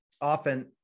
often